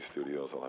Studios